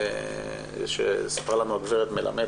מה שסיפרה לנו הגברת מלמד,